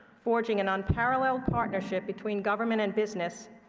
forging an unparalleled partnership between government and business,